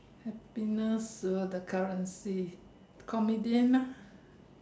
happiness uh the currency comedian ah